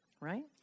right